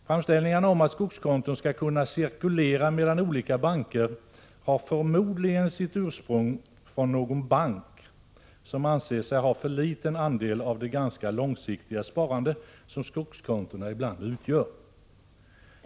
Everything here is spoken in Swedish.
Framställningarna om att skogskonton skall kunna cirkulera mellan olika banker har förmodligen sitt ursprung hos någon bank, som anser sig ha för liten andel av det ganska långsiktiga sparande som skogskontona ibland utgör.